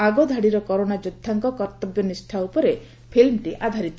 ଆଗଧାଡ଼ିର କରୋନା ଯୋଦ୍ଧାଙ୍କ କର୍ଉବ୍ୟନିଷ୍ଠା ଉପରେ ଫିଲ୍କଟି ଆଧାରିତ